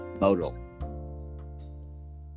Modal